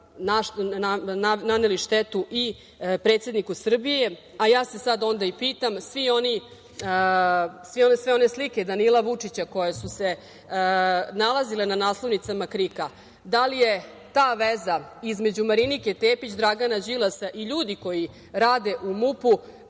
svakako naneli štetu i predsedniku Srbije.37/2 GD/MTSad se ja onda i pitam, sve one slike Danila Vučića koje su se nalazile na naslovnicama KRIK-a, da li je ta veza između Marinike Tepić, Dragana Đilasa i ljudi koji rade u MUP-u